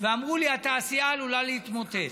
ואמרו לי: התעשייה עלולה להתמוטט.